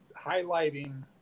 highlighting